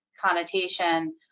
connotation